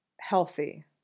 healthy